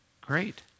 great